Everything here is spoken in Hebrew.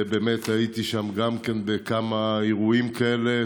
ובאמת הייתי שם גם כן בכמה אירועים כאלה,